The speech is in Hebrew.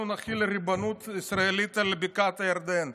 אנחנו נחיל ריבונות ישראלית על בקעת הירדן.